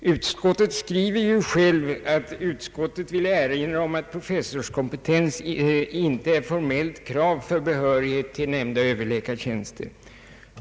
Utskottet säger »att professorskompetens inte är formellt krav för behörighet till nämnda överläkartjänster».